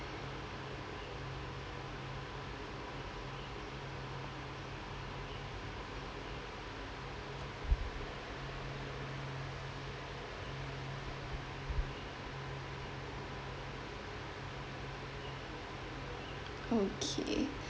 okay